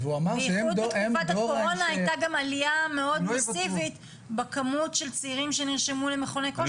ובתקופת הקורונה הייתה עלייה מסיבית במספר הצעירים שנרשמו למכוני כושר.